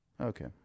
Okay